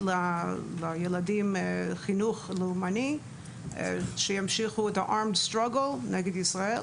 לילדים חינוך לאומני כדי שימשיכו את ה- arm strangleנגד ישראל.